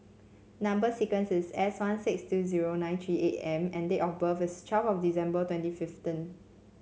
number sequence is S one six two zero nine three eight M and date of birth is twelve of December twenty fifteen